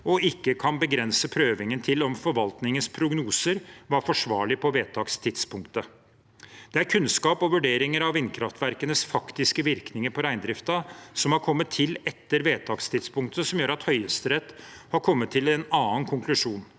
og ikke kan begrense prøvingen til om forvaltningens prognoser var forsvarlige på vedtakstidspunktet. Det er kunnskap og vurderinger av vindkraftverkenes faktiske virkninger på reindriften som har kommet til etter vedtakstidspunktet som gjør at Høyesterett har kommet til en annen konklusjon.